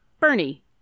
Bernie